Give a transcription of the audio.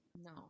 No